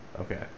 Okay